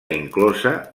inclosa